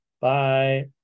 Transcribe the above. Bye